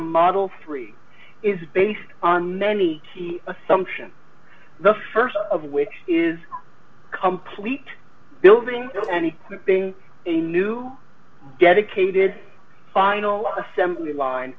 model three is based on many assumptions the st of which is complete building any being a new dedicated final assembly line